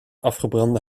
afgebrande